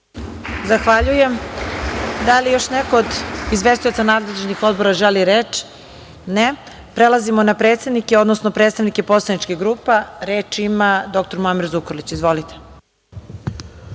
Zahvaljujem. Da li još neko od izvestioca nadležnih odbora želi reč? (Ne.)Prelazimo na predsednike, odnosno predstavnike poslaničkih grupa. Reč ima dr Muamer Zukorlić. Izvolite.